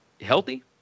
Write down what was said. healthy